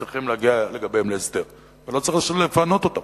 צריך להגיע לגביהם להסדר ולא צריך לפנות אותם.